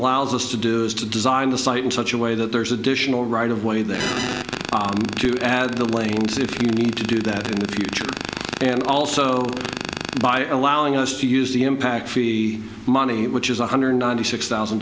allows us to do is to design the site in such a way that there's additional right of way there to add the lanes if you need to do that in the future and also by allowing us to use the impact fee money which is one hundred ninety six thousand